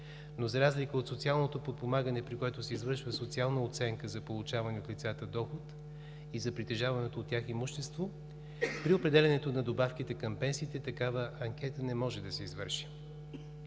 но за разлика от социалното подпомагане, при което се извършва социална оценка за получавания от лицата доход и за притежаваното от тях имущество, при определянето на добавките към пенсиите такава анкета не може да се извърши.